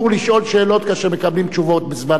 שאלות כאשר מקבלים תשובות בזמן אמת.